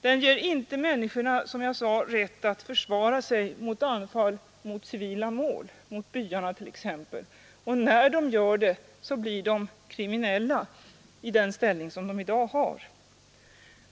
Den ger inte ens människorna, som jag sade, rätt att försvara sig mot anfall mot civila mål, byarna t.ex. När de gör det blir de kriminella i den ställning som de i dag har.